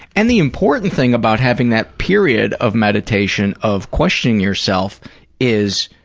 and the important thing about having that period of meditation of questioning yourself is